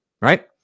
right